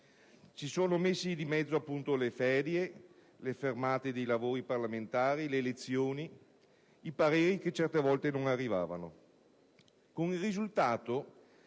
Si sono messi di mezzo le ferie, le fermate di lavori parlamentari, le elezioni, i pareri che certe volte non arrivavano, con il risultato